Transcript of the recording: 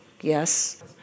Yes